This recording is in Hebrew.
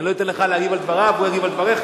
אני לא אתן לך להגיב על דבריו והוא יגיב על דבריך,